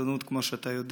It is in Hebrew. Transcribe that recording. ברצינות כמו שאתה יודע